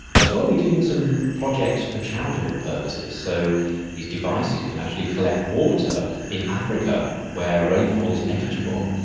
as well we're doing some projects for charitable purposes, so these devices can actually collect water in africa where rainfall is negligible.